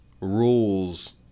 Rules